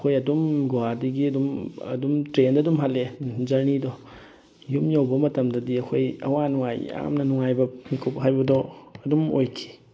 ꯑꯩꯈꯣꯏ ꯑꯗꯨꯝ ꯒꯧꯍꯥꯇꯤꯒꯤ ꯑꯗꯨꯝ ꯑꯗꯨꯝ ꯇ꯭ꯔꯦꯟꯗ ꯑꯗꯨꯝ ꯍꯜꯂꯛꯑꯦ ꯖꯔꯅꯤꯗꯣ ꯌꯨꯝ ꯌꯧꯕ ꯃꯇꯝꯗꯗꯤ ꯑꯩꯈꯣꯏ ꯑꯋꯥ ꯅꯨꯡꯉꯥꯏ ꯌꯥꯝꯅ ꯅꯨꯡꯉꯥꯏꯕ ꯃꯤꯀꯨꯞ ꯍꯥꯏꯕꯗꯣ ꯑꯗꯨꯝ ꯑꯣꯏꯈꯤ